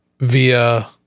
via